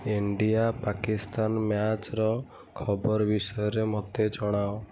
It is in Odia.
ଇଣ୍ଡିଆ ପାକିସ୍ତାନ ମ୍ୟାଚ୍ର ଖବର ବିଷୟରେ ମୋତେ ଜଣାଅ